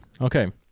okay